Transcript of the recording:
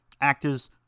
Actors